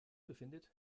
befindet